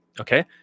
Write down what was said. Okay